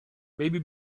maybe